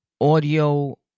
audio